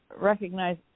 recognize